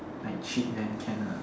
like cheap then can ah